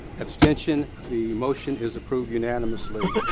abstention. the motion is approved unanimously.